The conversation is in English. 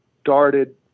started